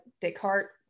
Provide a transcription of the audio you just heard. Descartes